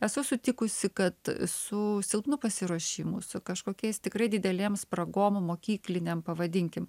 esu sutikusi kad su silpnu pasiruošimu su kažkokiais tikrai didelėm spragom mokykliniam pavadinkim